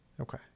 Okay